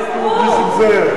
זה נכון.